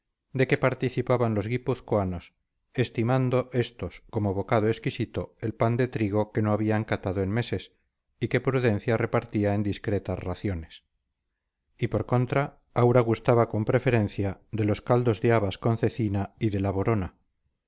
de que participaban los guipuzcoanos estimando estos como bocado exquisito el pan de trigo que no habían catado en meses y que prudencia repartía en discretas raciones y por contra aura gustaba con preferencia de los caldos de habas con cecina y de la borona